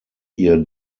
ihr